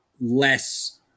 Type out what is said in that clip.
less